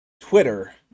Twitter